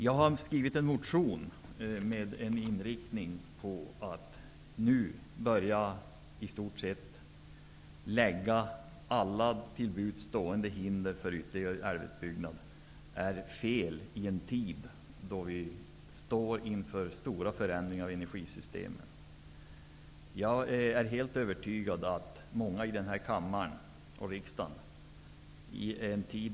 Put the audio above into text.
Jag har skrivit en motion med inriktning på att det i en tid då vi står inför stora förändringar av energisystemen är fel att med alla till buds stående medel hindra ytterligare utbyggnad.